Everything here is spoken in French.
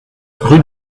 rue